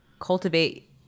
cultivate